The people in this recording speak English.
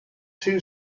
two